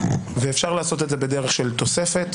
אפשר לעשות את זה בדרך של תוספת,